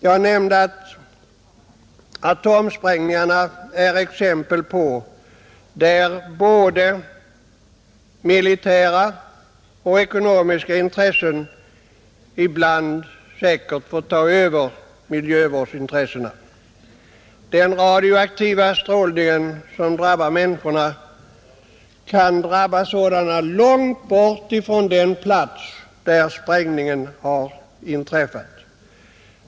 Jag nämnde att atomsprängningarna är exempel på sådana ingrepp där både militära och ekonomiska intressen ibland säkert får ta över miljövårdsintressena. Den radioaktiva strålning som drabbar människorna kan drabba sådana som bor långt bort från den plats där sprängningen har inträffat.